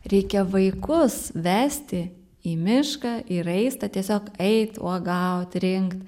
reikia vaikus vesti į mišką į raistą tiesiog eit uogaut rinkt